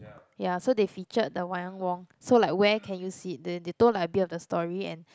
ya so they featured the Wayang-Wong so like where can you see it th~ they told like a bit of the story and